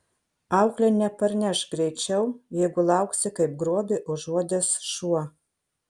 auklė neparneš greičiau jeigu lauksi kaip grobį užuodęs šuo